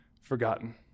forgotten